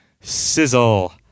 sizzle